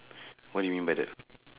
what do you mean by that